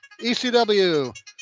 ECW